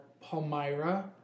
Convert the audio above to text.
Palmyra